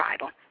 Bible